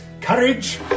Courage